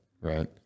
right